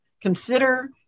consider